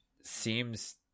seems